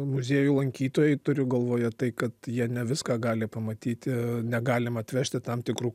muziejų lankytojai turiu galvoje tai kad jie ne viską gali pamatyti negalim atvežti tam tikrų